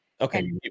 Okay